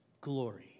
glory